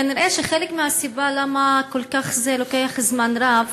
כנראה חלק מהסיבה, למה זה לוקח זמן רב